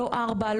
לא ארבע,